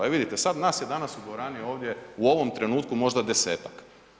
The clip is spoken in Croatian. I vidite, sad nas je danas u dvorani ovdje, u ovom trenutku možda desetak.